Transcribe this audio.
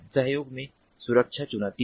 सहयोग में सुरक्षा चुनौतियां हैं